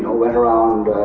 ah went around,